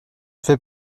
fais